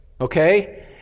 okay